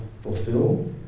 fulfill